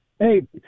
Hey